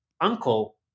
uncle